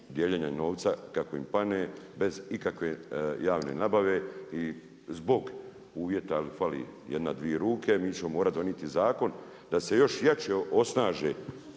dijeljenja novca kako im pane bez ikakve javne nabave. I zbog uvjeta fali jedna, dvi ruke mi ćemo morati doniti zakon da se još jače osnaže